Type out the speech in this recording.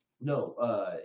No